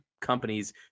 companies